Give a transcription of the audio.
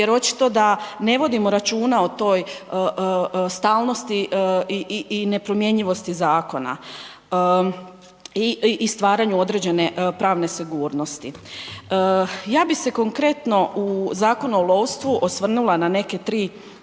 jer očito da ne vodimo računa o toj stalnosti i nepromjenjivosti zakona i stvaranju određene pravne sigurnosti. Ja bi se konkretno u Zakonu o lovstvu osvrnula na osnovne dvije